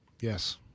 Yes